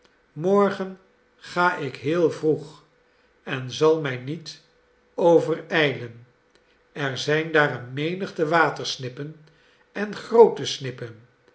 morgen ga ik heel vroeg en zal mij niet overijlen er zijn daar een menigte watersnippen en groote snippen